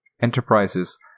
Enterprises